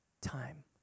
time